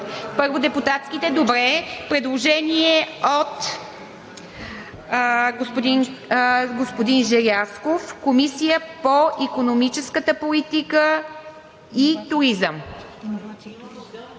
Първо депутатските, добре. Предложение от господин Желязков – „Комисия по икономическата политика и туризъм“.